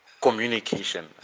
communication